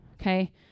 okay